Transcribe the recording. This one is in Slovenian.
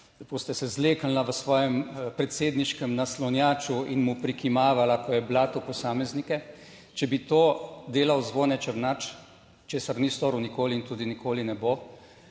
Lepo ste se zleknila v svojem predsedniškem naslonjaču in mu prikimavala, ko je blatil posameznike. Če bi to delal Zvone Černač, česar ni storil nikoli in tudi nikoli ne bo,